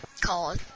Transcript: called